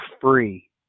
free